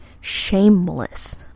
shameless